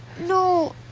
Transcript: No